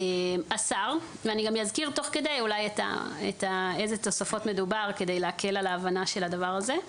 תוך כדי אני אזכיר באיזה תוספות מדובר כדי להקל על ההבנה של הדבר הזה.